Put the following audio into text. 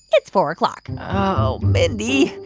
it's four o'clock oh, mindy.